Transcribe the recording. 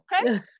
Okay